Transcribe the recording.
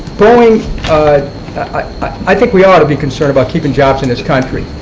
boeing i think we ought to be concerned about keeping jobs in this country.